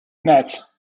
nests